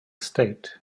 state